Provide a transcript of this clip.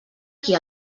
qui